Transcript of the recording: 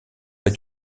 pas